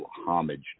homage